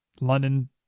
London